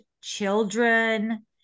children